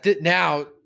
now